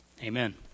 Amen